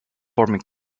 forming